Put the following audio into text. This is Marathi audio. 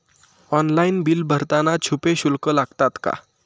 ऑनलाइन बिल भरताना छुपे शुल्क लागतात का?